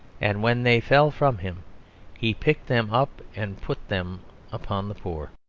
and when they fell from him he picked them up and put them upon the poor.